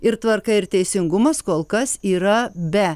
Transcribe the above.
ir tvarka ir teisingumas kol kas yra be